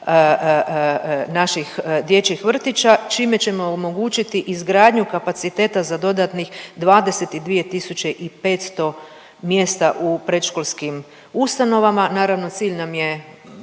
naših dječjih vrtića čime ćemo omogućiti izgradnju kapaciteta za dodatnih 22.500 mjesta u predškolskim ustanovama, naravno cilj nam je